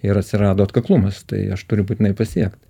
ir atsirado atkaklumas tai aš turiu būtinai pasiekt